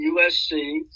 USC